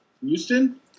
Houston